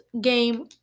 game